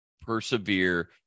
persevere